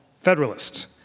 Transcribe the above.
Federalists